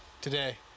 Today